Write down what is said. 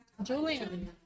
Julian